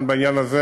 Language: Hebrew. העניין הזה